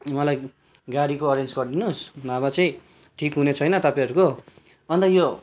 उहाँलाई गाडीको एरेन्ज गरिदिनु होस् नभए चाहिँ ठिक हुने छैन तपाईँहरूको अन्त यो